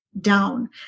down